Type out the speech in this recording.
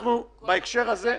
בהקשר הזה,